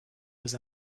was